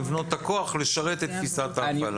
לבנות את הכוח לשרת את תפיסת ההפעלה.